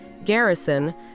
Garrison